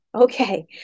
Okay